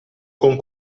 con